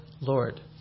Lord